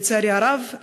לצערי הרב,